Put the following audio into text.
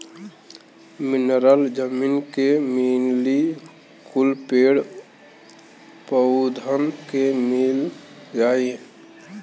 mineral जमीन के मिली कुल पेड़ पउधन के मिल जाई